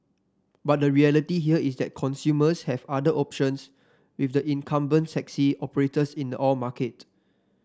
but the reality here is that consumers have other options with the incumbent sexy operators in the all market